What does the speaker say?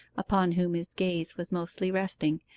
upon whom his gaze was mostly resting,